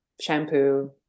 shampoo